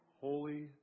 holy